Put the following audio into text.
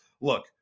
Look